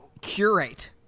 curate